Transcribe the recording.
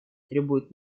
требуют